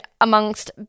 amongst